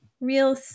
real